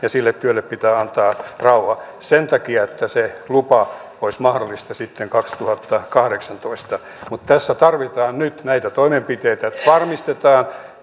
sille työlle pitää antaa rauha sen takia että se lupa olisi mahdollista sitten kaksituhattakahdeksantoista mutta tässä tarvitaan nyt näitä toimenpiteitä että varmistetaan